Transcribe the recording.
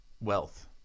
wealth